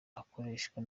akoreshwa